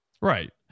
Right